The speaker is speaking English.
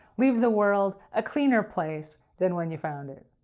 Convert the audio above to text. leave the world a cleaner place than when you found it.